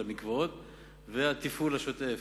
של המקוואות, והתפעול השוטף.